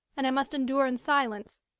and i must endure in silence,